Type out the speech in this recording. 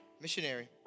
Missionary